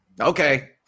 Okay